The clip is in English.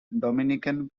dominican